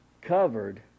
covered